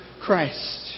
Christ